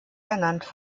ernannt